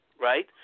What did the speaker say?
right